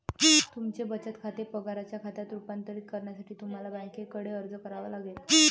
तुमचे बचत खाते पगाराच्या खात्यात रूपांतरित करण्यासाठी तुम्हाला बँकेकडे अर्ज करावा लागेल